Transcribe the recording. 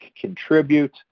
contribute